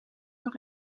nog